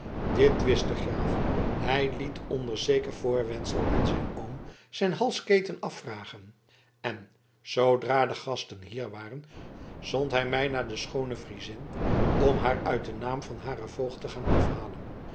dit wist de graaf hij liet onder zeker voorwendsel aan zijn oom zijn halsketen afvragen en zoodra de gasten hier waren zond hij mij naar de schoone friezin om haar uit naam van haren voogd te gaan afhalen